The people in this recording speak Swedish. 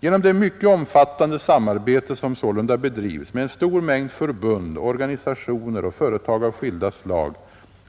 Genom det mycket omfattande samarbete som sålunda bedrivs med en stor mängd förbund, organisationer och företag av skilda slag